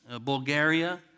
Bulgaria